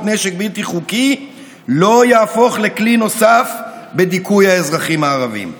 נשק בלתי חוקי לא יהפוך לכלי נוסף בדיכוי האזרחים הערבים.